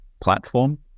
platform